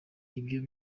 ibyo